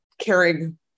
caring